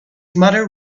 mother